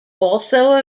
also